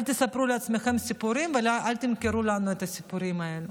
אל תספרו לעצמכם סיפורים ואל תמכרו לנו את הסיפורים האלה.